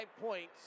points